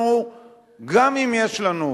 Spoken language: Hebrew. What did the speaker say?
וגם אם יש לנו,